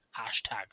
hashtag